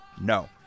no